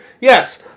Yes